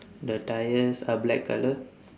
the tyres are black colour